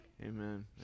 Amen